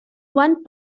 one